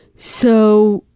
so,